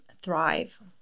thrive